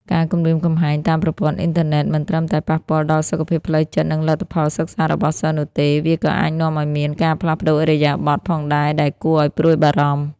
ការគំរាមកំហែងតាមប្រព័ន្ធអ៊ីនធឺណិតមិនត្រឹមតែប៉ះពាល់ដល់សុខភាពផ្លូវចិត្ត និងលទ្ធផលសិក្សារបស់សិស្សនោះទេ វាក៏អាចនាំឲ្យមាន ការផ្លាស់ប្តូរឥរិយាបថ ផងដែរ ដែលគួរឲ្យព្រួយបារម្ភ។